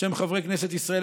בשם חברי כנסת ישראל,